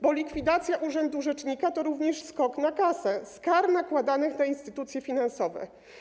Bo likwidacja urzędu rzecznika to również skok na kasę z kar nakładanych na instytucje finansowe.